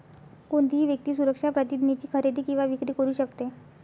कोणतीही व्यक्ती सुरक्षा प्रतिज्ञेची खरेदी किंवा विक्री करू शकते